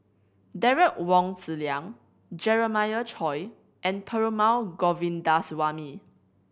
Derek Wong Zi Liang Jeremiah Choy and Perumal Govindaswamy